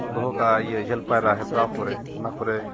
ᱠᱚ ᱫᱚᱦᱚ ᱠᱟᱜᱼᱟ ᱤᱭᱟᱹ ᱡᱷᱟᱹᱞ ᱯᱟᱭᱨᱟ ᱦᱮᱯᱨᱟᱣ ᱠᱚᱨᱮ ᱚᱱᱟ ᱠᱚᱨᱮ